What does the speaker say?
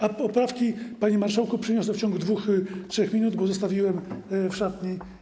A poprawki, panie marszałku, przyniosę w ciągu 2, 3 minut, bo zostawiłem w szatni.